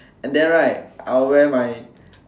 and then right I will wear my